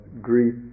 grief